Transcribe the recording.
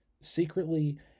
secretly